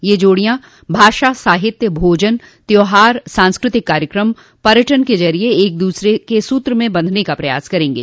ये जोडियां भाषा साहित्य भोजन त्यौहार सांस्कृतिक कार्यक्रम पर्यटन के जरिये एक दूसरे के सूत्र में बंधने का प्रयास करेंगे